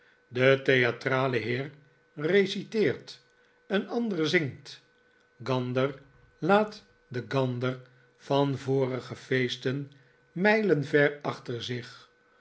de theatrale heer reciteert een ander zingt gander laat den gander van vorige feesten mijlen ver achter zich